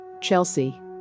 Chelsea